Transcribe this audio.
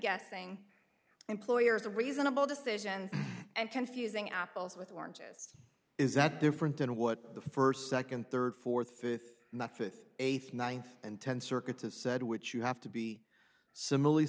guessing employers a reasonable decision and confusing apples with oranges is that different than what the first second third fourth fifth and the fifth eighth ninth and tenth circuit of said which you have to be similarly